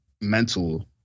mental